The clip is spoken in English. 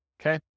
okay